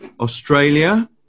Australia